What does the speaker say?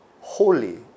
holy